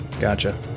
Gotcha